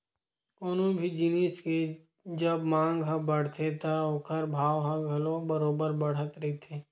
कोनो भी जिनिस के जब मांग ह बड़थे तब ओखर भाव ह घलो बरोबर बड़त रहिथे